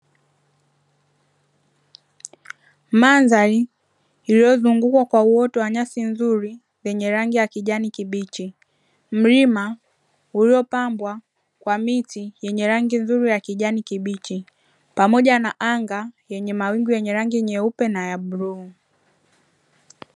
Madhaari iliyozungukwa kwa uoto wa nyasi nzuri zenye rangi ya kijani kibichi, mlima uliopambwa kwa miti yenye rangi nzuri ya kijani kibichi, pamoja na anga yenye mawingu yenye rangi nyeupe na ya bluu.